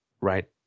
right